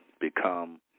become